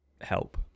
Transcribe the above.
Help